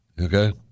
Okay